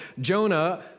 Jonah